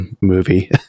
movie